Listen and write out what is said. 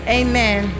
amen